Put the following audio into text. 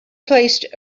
placed